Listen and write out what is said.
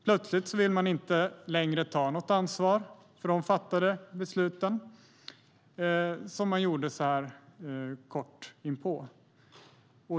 Plötsligt vill man inte längre ta något ansvar för de fattade besluten kort inpå.